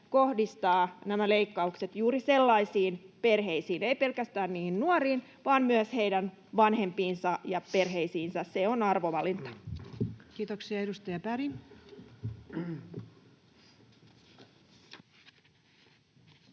kohdistaa nämä leikkaukset juuri sellaisiin perheisiin, ei pelkästään niihin nuoriin, vaan myös heidän vanhempiinsa ja perheisiinsä. Se on arvovalinta. [Speech 114] Speaker: